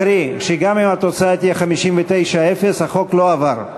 קרי, שגם אם התוצאה תהיה 59 0, החוק לא עבר.